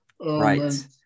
right